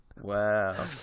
Wow